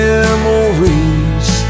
Memories